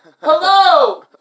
Hello